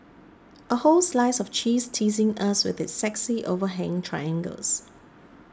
a whole slice of cheese teasing us with its sexy overhanging triangles